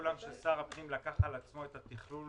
אני מזכיר לכולם ששר הפנים לקח על עצמו את התכלול